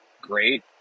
great